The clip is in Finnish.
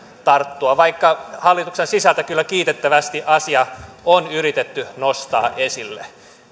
tarttua vaikka hallituksen sisältä kyllä kiitettävästi asia on yritetty nostaa esille